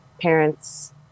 parents